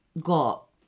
got